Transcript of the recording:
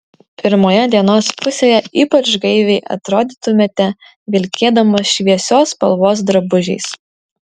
pirmoje dienos pusėje ypač gaiviai atrodytumėte vilkėdamos šviesios spalvos drabužiais